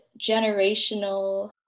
generational